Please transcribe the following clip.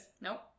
Nope